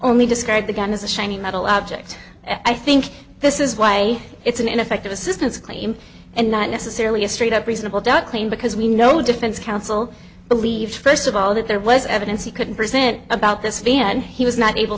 only described the gun as a shiny metal object i think this is why it's an ineffective assistance claim and not necessarily a straight up reasonable doubt claim because we know the defense counsel believes first of all that there was evidence he couldn't present about this van he was not able